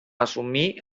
assumir